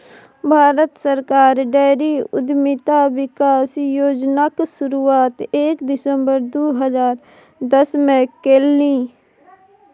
भारत सरकार डेयरी उद्यमिता विकास योजनाक शुरुआत एक सितंबर दू हजार दसमे केलनि